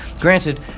granted